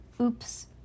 oops